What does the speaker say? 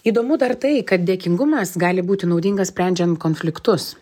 įdomu dar tai kad dėkingumas gali būti naudingas sprendžiant konfliktus